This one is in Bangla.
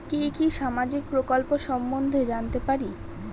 কি কি সামাজিক প্রকল্প সম্বন্ধে জানাতে পারি?